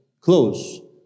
close